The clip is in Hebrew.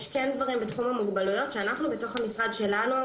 יש כן דברים בתחום המוגבלויות שאנחנו בתוך המשרד שלנו,